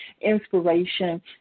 inspiration